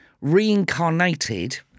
reincarnated